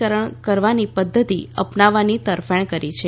કરણ કરવાની પધ્ધતી અપનાવવાની તરફેણકરી છે